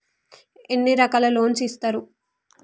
ఎన్ని రకాల లోన్స్ ఇస్తరు?